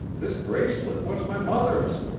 this bracelet was my mother's.